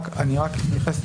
אני רק אתייחס,